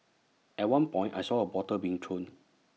at one point I saw A bottle being thrown